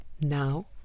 Now